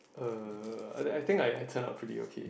uh I I think I turn out produce okay